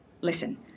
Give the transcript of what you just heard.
Listen